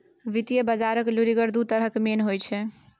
वित्तीय बजारक लुरिगर दु तरहक मेन होइ छै